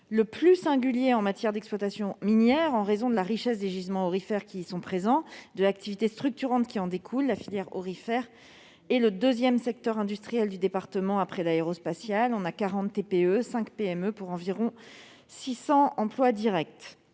singulier en matière d'exploitation minière, en raison de la richesse des gisements aurifères qui y sont présents et de l'activité structurante qui en découle. La filière aurifère est ainsi le deuxième secteur industriel du département, après l'aérospatiale, et représente 40 TPE et 5 PME, pour environ 600 emplois directs.